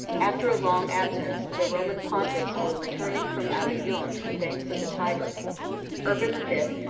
after a long absence, the roman pontiffs were returning from avignon to the banks of the tyber urban the fifth,